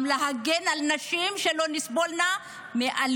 גם להגן על נשים, שלא נסבול מאלימות.